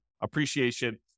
appreciation